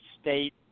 state